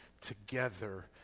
together